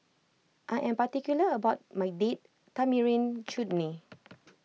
I am particular about my Date Tamarind Chutney